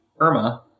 Irma